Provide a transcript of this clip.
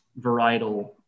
varietal